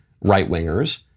right-wingers